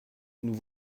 nous